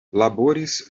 laboris